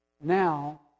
Now